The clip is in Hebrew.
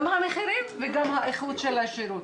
גם המחירים וגם האיכות של השירות.